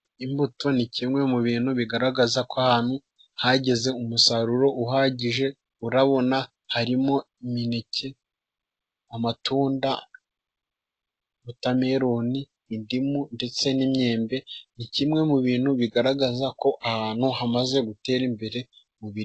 Imbuto ni kimwe mu bintu bigaragaza ko ahantu hageze umusaruro uhagije. urabona harimo imineke, amatunda, wotameloni, indimu ndetse n'imyembe. Ni kimwe mu bintu bigaragaza ko ahantu hamaze gutera imbere mu biribwa.